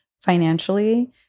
financially